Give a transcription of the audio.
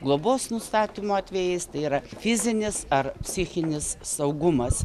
globos nustatymo atvejais tai yra fizinis ar psichinis saugumas